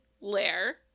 lair